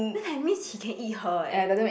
then that means he can eat her eh